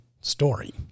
story